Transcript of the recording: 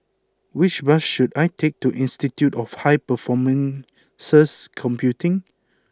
which bus should I take to Institute of High Performance Computing